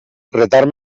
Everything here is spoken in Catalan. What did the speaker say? retard